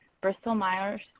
Bristol-Myers